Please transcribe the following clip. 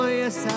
yes